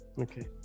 Okay